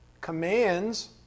Commands